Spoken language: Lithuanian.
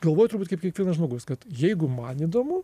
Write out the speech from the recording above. galvoju turbūt kaip kiekvienas žmogus kad jeigu man įdomu